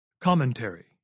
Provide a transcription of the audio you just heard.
Commentary